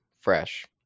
fresh